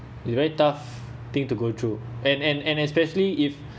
it's very tough thing to go through and and and especially if